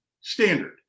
standard